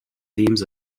themes